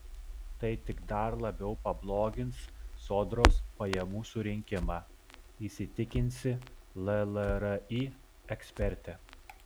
tai tik dar labiau pablogins sodros pajamų surinkimą įsitikinsi llri ekspertė